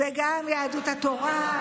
וגם יהדות התורה,